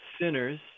sinners